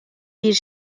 bir